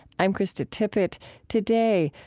i'm krista tippett today,